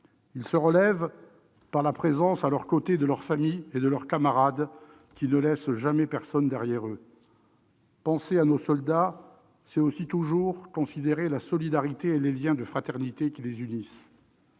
Ils se relèvent grâce à la présence, à leurs côtés, de leurs familles et de leurs camarades, qui ne laissent jamais personne derrière eux. En pensant à nos soldats, nous admirons la solidarité et les liens de fraternité qui les unissent,